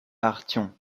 ayrton